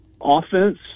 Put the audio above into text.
offense